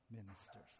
ministers